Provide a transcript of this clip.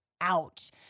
out